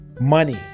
Money